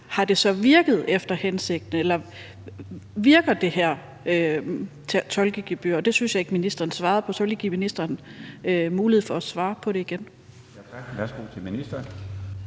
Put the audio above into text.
om det så har virket efter hensigten, eller om det her tolkegebyr virker. Det synes jeg ikke at ministeren svarede på, så jeg ville lige give ministeren mulighed for at svare på det igen.